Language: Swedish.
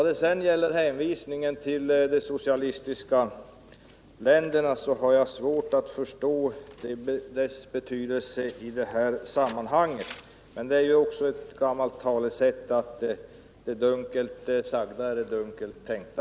Vad gäller hänvisningen till de socialistiska länderna har jag svårt att förstå dess betydelse i detta sammanhang. Men det finns ju ett gammalt talesätt som säger att det dunkelt sagda är det dunkelt tänkta.